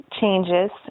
changes